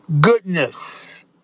goodness